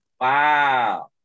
Wow